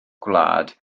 gwlad